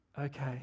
okay